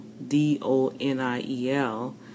D-O-N-I-E-L